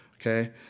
okay